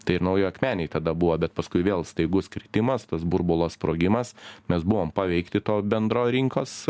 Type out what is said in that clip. tai ir naujoj akmenėj tada buvo bet paskui vėl staigus kritimas tas burbulo sprogimas mes buvom paveikti to bendro rinkos